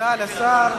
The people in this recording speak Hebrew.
תודה לשר.